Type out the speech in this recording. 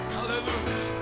Hallelujah